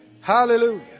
Hallelujah